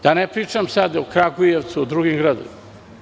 Da ne pričam o Kragujevcu i drugim gradovima.